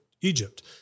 Egypt